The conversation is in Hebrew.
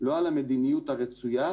לא על המדיניות הרצויה,